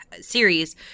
series